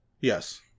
Yes